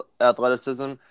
athleticism